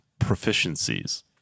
proficiencies